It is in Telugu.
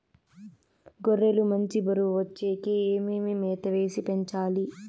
గొర్రె లు మంచి బరువు వచ్చేకి ఏమేమి మేత వేసి పెంచాలి?